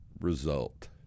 result